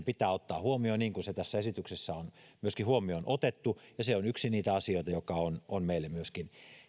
pitää ottaa huomioon niin kuin se tässä esityksessä on myöskin huomioon otettu ja se on yksi niitä asioita joka on on meille myöskin